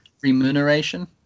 remuneration